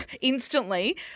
instantly